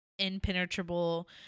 Impenetrable